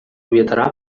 bietara